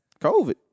COVID